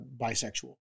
bisexual